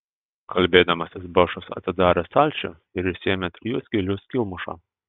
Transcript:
kalbėdamasis bošas atidarė stalčių ir išsiėmė trijų skylių skylmušą